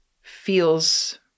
feels